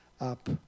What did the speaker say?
up